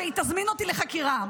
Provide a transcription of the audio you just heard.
שהיא תזמין אותי לחקירה.